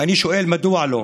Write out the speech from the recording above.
ואני שואל: מדוע לא?